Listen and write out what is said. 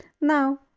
now